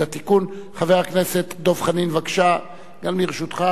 חבר הכנסת דב חנין, בבקשה, גם לרשותך חמש דקות.